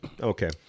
Okay